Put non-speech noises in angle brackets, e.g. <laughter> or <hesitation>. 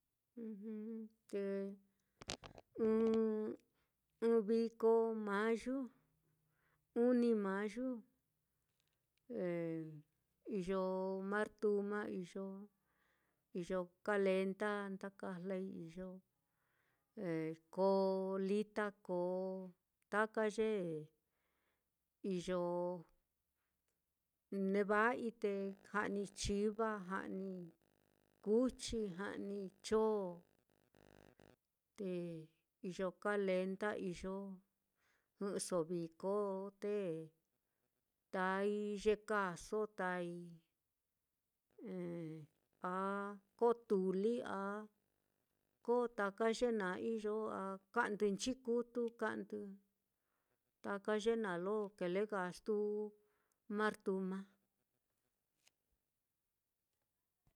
<hesitation> te ɨ́ɨ́n ɨ́ɨ́n viko mayu, uni mayu <hesitation> iyo martuma iyo, iyo kalenda nda kajlai iyo, <hesitation> ko lita ko taka ye iyo neva'ai, janii chiva, ja'nii kuchi, ja'nii chon, te iyo kalenda iyo, jɨ'ɨso viko te tai ye kāāso tai, <hesitation> a koo tuli a ko taka ye naá iyo a kandɨ nchikutu kandɨ, taka ye naá lo kile gastu martuma.